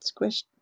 squished